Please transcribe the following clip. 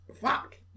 fuck